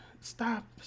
stop